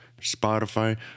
Spotify